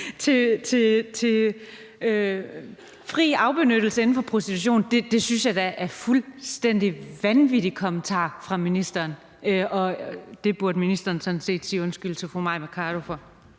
til fri afbenyttelse inden for prostitution? Det synes jeg da er en fuldstændig vanvittig kommentar fra ministerens side, og det burde ministeren sådan set sige undskyld til fru Mai Mercado for.